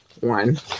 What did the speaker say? one